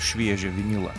šviežią vinylą